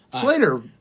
Slater